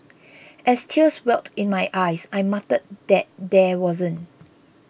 as tears welled in my eyes I muttered that there wasn't